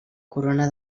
corona